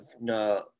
No